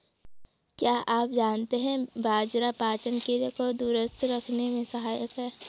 क्या आप जानते है बाजरा पाचन क्रिया को दुरुस्त रखने में सहायक हैं?